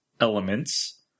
elements